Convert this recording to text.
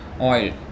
oil